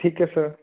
ਠੀਕ ਹੈ ਸਰ